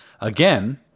again